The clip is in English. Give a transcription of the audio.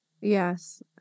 Yes